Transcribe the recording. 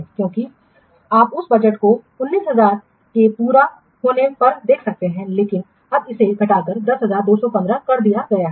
क्योंकि आप उस बजट को 19000 के पूरा होने पर देख सकते हैं लेकिन अब इसे घटाकर 10215 कर दिया गया है